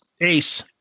Ace